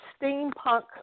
steampunk